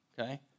Okay